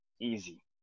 Easy